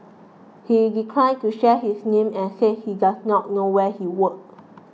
he declined to share his name and said he does not know where he worked